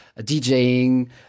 DJing